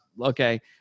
Okay